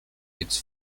its